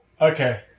Okay